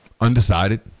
undecided